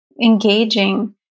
engaging